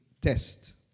test